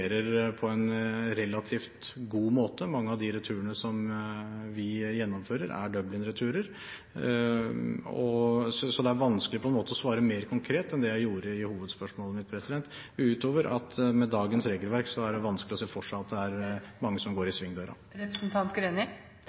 på en relativt god måte. Mange av de returene som vi gjennomfører, er Dublin-returer. Det er vanskelig å svare mer konkret enn jeg gjorde i hovedsvaret mitt, utover at det med dagens regelverk er vanskelig å se for seg at det er mange som går i